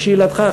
לשאלתך,